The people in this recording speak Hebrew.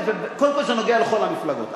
קודם כול, זה נוגע לכל המפלגות.